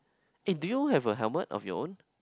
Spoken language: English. eh do you have a helmet of your own